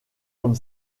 comme